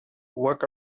work